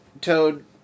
Toad